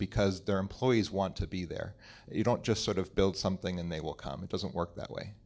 because their employees want to be there you don't just sort of build something and they will come it doesn't work that way